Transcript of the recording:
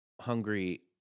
hungry